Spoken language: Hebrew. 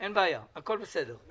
אין בעיה, הכול בסדר.